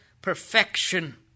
perfection